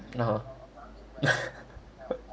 (uh huh)